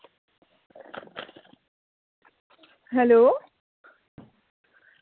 hello